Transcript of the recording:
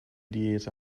diät